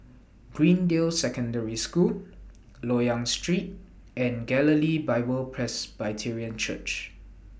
Greendale Secondary School Loyang Street and Galilee Bible Presbyterian Church